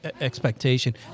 expectation